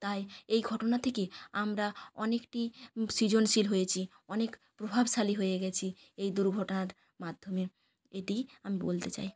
তাই এই ঘটনা থেকে আমরা অনেকটি সৃজনশীল হয়েছি অনেক প্রভাবশালী হয়ে গেছি এই দুর্ঘটনার মাধ্যমে এটিই আমি বলতে চাই